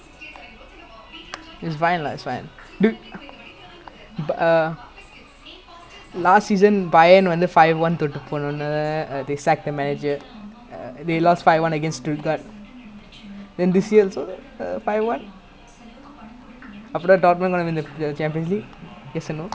but got time lah I mean now is still ya now is only eleven games that's like that's like how many games that's like oh ya ya